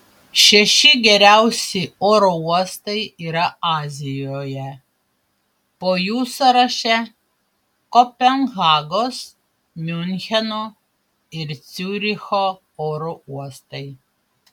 šeši geriausi oro uostai yra azijoje po jų sąraše kopenhagos miuncheno ir ciuricho oro uostai